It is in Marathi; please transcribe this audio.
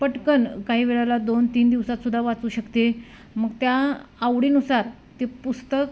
पटकन काही वेळेला दोन तीन दिवसात सुद्धा वाचू शकते मग त्या आवडीनुसार ते पुस्तक